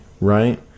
right